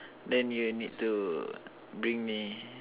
then you need to bring me